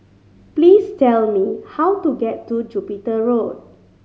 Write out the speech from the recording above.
please tell me how to get to Jupiter Road